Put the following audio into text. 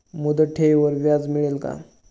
मुदत ठेवीवर व्याज मिळेल का?